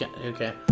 Okay